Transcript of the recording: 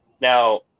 Now